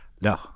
No